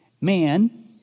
Man